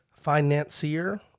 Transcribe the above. financier